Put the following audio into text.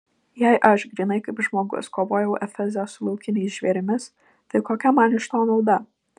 jei aš grynai kaip žmogus kovojau efeze su laukiniais žvėrimis tai kokia man iš to nauda